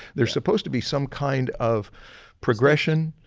there's supposed to be some kind of progression,